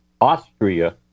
Austria